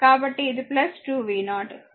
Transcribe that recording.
కాబట్టి ఇది 2 v0